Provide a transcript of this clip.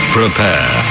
prepare